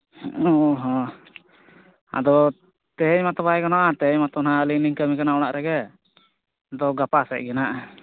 ᱚ ᱦᱚᱸ ᱟᱫᱚ ᱛᱮᱦᱮᱧ ᱢᱟᱛᱚ ᱵᱟᱭ ᱜᱟᱱᱚᱜᱼᱟ ᱛᱮᱦᱮᱧ ᱢᱟ ᱟᱹᱞᱤᱧ ᱞᱤᱧ ᱠᱟᱹᱢᱤ ᱠᱟᱱᱟ ᱚᱲᱟᱜ ᱨᱮᱜᱮ ᱟᱫᱚ ᱜᱟᱯᱟ ᱥᱮᱫ ᱜᱮ ᱱᱟᱦᱟᱸᱜ